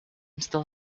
still